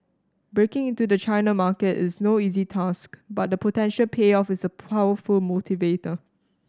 breaking into the China market is no easy task but the potential payoff is a powerful motivator